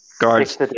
guards